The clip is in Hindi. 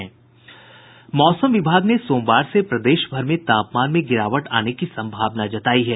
मौसम विभाग ने सोमवार से प्रदेश भर में तापमान में गिरावट आने की संभावना जतायी है